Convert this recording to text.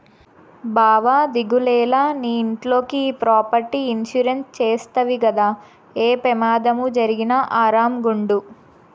బావా దిగులేల, నీ ఇంట్లోకి ఈ ప్రాపర్టీ ఇన్సూరెన్స్ చేస్తవి గదా, ఏ పెమాదం జరిగినా ఆరామ్ గుండు